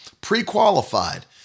Pre-qualified